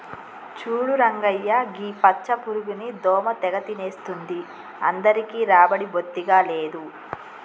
చూడు రంగయ్య గీ పచ్చ పురుగుని దోమ తెగ తినేస్తుంది అందరికీ రాబడి బొత్తిగా లేదు